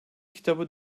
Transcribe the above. kitabı